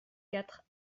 quatre